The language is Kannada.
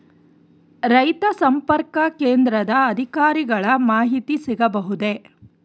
ರೈತ ಸಂಪರ್ಕ ಕೇಂದ್ರದ ಅಧಿಕಾರಿಗಳ ಮಾಹಿತಿ ಸಿಗಬಹುದೇ?